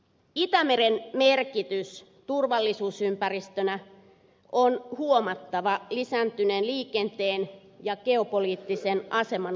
itämeren merkitys turvallisuusympäristönä on huomattava lisääntyneen liikenteen ja geopoliittisen aseman osalta